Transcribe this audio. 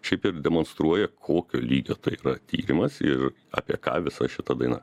šiaip ir demonstruoja kokio lygio tai yra tyrimas ir apie ką visa šita daina